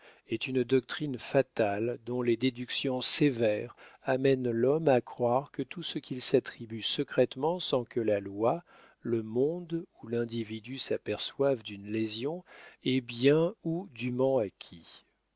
est une doctrine fatale dont les déductions sévères amènent l'homme à croire que tout ce qu'il s'attribue secrètement sans que la loi le monde ou l'individu s'aperçoivent d'une lésion est bien ou dûment acquis